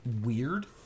weird